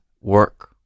work